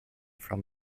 from